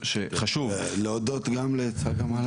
להודות גם לצגה מלקו.